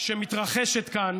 שמתרחשת כאן